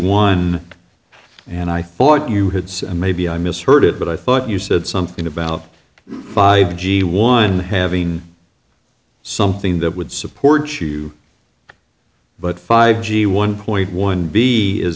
one and i thought you had said and maybe i misheard it but i thought you said something about five g one having something that would support you but five g one point one b is